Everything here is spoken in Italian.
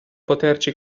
poterci